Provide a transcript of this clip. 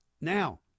now